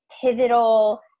pivotal